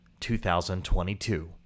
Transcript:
2022